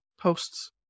posts